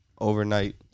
overnight